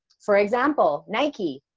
for example, nike.